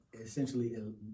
essentially